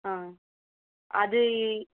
ஆ அது